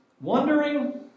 wondering